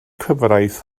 cyfraith